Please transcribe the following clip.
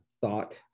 thought